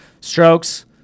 strokes